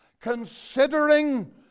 considering